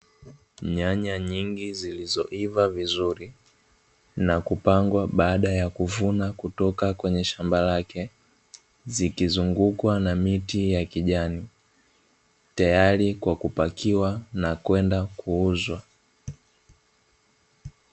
Nyanya nyingi zilizoiva vizuri na kupangwa baada ya kuvuna kutoka kwenye shamba lake, zikizungukwa na miti ya kijani tayari kwa kupakiwa na kwenda kuuzwa.